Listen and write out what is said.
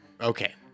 Okay